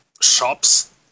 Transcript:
shops